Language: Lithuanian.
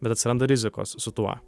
bet atsiranda rizikos su tuo